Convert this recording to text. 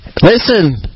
listen